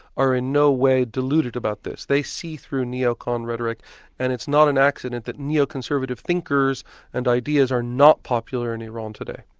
are in no way deluded deluded about this. they see through neocon rhetoric and it's not an accident that neoconservative thinkers and ideas are not popular in iran today.